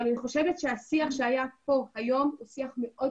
אבל אני חושבת שהשיח שהיה פה היום הוא שיח מאוד